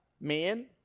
men